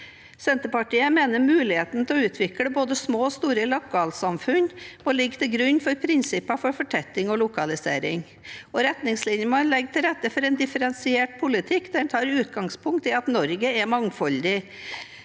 Senterpartiet mener muligheten til å utvikle både små og store lokalsamfunn må ligge til grunn for prinsipper for fortetting og lokalisering. Retningslinjene må legge til rette for en differensiert politikk der man tar utgangspunkt i at Norge er et mangfoldig